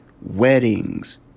weddings